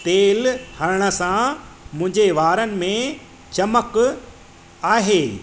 तेल हड़ण सां मुंहिंजे वारनि में चमक आहे